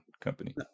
company